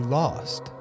lost